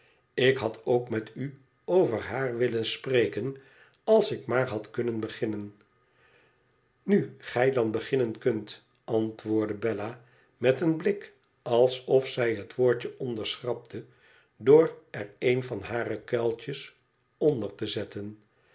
ik had ook met u over haar willen spreken als ik maar had kunnen beginnen nu gij dan beginnen kunt antwoordde bella met een blik alsof zij het woordje onderschrapte door er een van hare kuiltjes onder te zetten